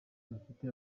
bafite